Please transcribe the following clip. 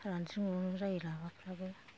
रानज्रिं रुनज्रिं जायो लाफाफ्राबो